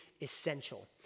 essential